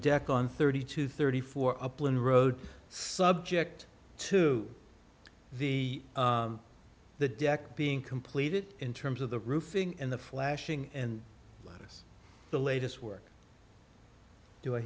deck on thirty two thirty four upline road subject to the the deck being completed in terms of the roofing and the flashing and let us the latest work do